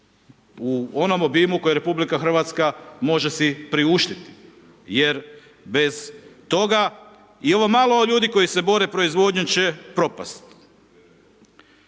u onom obimu koje RH može si priuštiti jer bez toga i ovo malo ljudi koji se bave proizvodnjom će propasti.